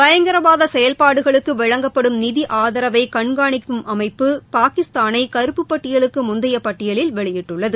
பயங்கரவாத செயல்பாடுகளுக்கு வழங்கப்படும் நிதி ஆதரவை கண்காணிக்கும் அமைப்பு பாகிஸ்தானை கருப்புப் பட்டியலுக்கு முந்தைய பட்டியலில் வெளியிட்டுள்ளது